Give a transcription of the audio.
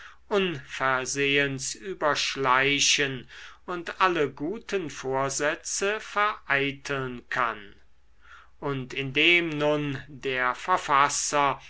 unversehens überschleichen und alle guten vorsätze vereiteln kann und indem nun der verfasser